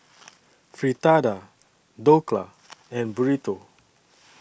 Fritada Dhokla and Burrito